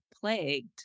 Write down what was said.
plagued